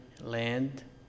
land